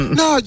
no